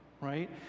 right